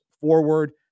forward